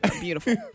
beautiful